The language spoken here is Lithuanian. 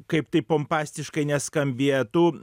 kaip tai pompastiškai neskambėtų